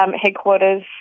headquarters